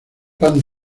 pan